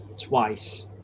twice